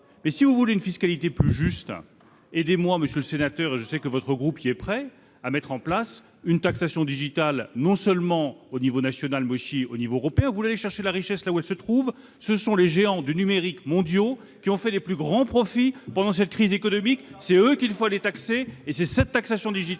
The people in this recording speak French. Mais si vous voulez une fiscalité plus juste, aidez-moi, monsieur le sénateur- et je sais que votre groupe y est prêt -, à mettre en place une taxation digitale au niveau non seulement national, mais aussi européen. Vous voulez aller chercher la richesse là où elle se trouve ? Ce sont les géants mondiaux du numérique qui ont fait les plus grands profits pendant cette crise économique ! Ce sont eux qu'il faut aller taxer et c'est cette taxation digitale